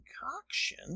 concoction